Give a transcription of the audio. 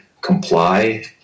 comply